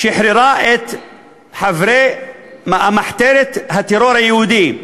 שחררה את חברי מחתרת הטרור היהודי,